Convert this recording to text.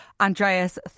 Andreas